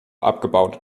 abgebaut